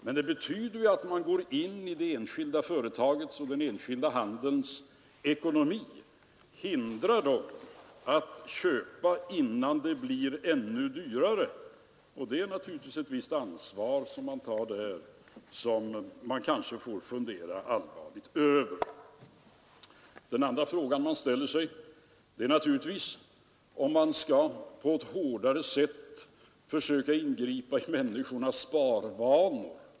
Men det betyder att man går in i det enskilda företaget och den enskilda handelns ekonomi, hindrar dem att köpa innan det blir ännu dyrare. Man tar naturligtvis då ett visst ansvar, som man kanske bör fundera allvarligt över. Den andra frågan man ställer sig är naturligtvis den, om man på ett hårdare sätt skall försöka ingripa i människornas sparvanor.